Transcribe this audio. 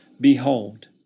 behold